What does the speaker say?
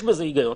יש בזה היגיון.